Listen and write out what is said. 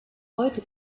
heute